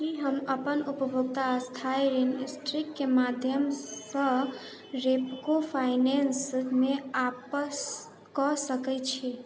की हम अपन उपभोक्ता स्थायी ऋण सीट्रस कऽ माध्यमसँ रेपको फाइनेंसमे आपस कऽ सकैत छी